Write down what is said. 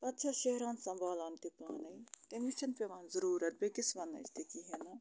پتہٕ چھَس شہران سمبالان تہِ پانَے تٔمِس چھنہٕ پٮ۪وان ضروٗرت بیٚکِس وَننٕچ تہِ کِہیٖنۍ نہٕ